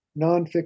nonfiction